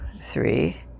three